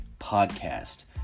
podcast